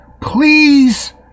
please